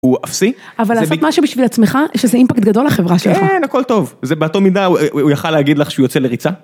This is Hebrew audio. אבל לעשות משהו בשביל עצמך, יש איזה אימפקט גדול לחברה שלך. כן, הכל טוב, זה באותה מידה, הוא יכול להגיד לך שהוא יוצא לריצה.